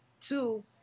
Two